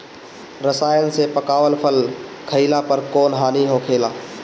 रसायन से पकावल फल खइला पर कौन हानि होखेला?